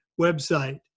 website